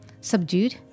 subdued